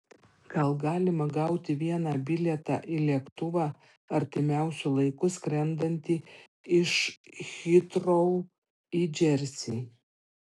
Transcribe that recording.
gal galima gauti vieną bilietą į lėktuvą artimiausiu laiku skrendantį iš hitrou į džersį